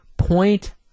point